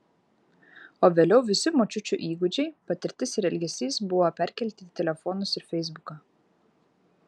o vėliau visi močiučių įgūdžiai patirtis ir elgesys buvo perkelti į telefonus ir feisbuką